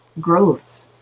growth